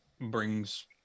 brings